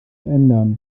ändern